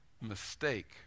mistake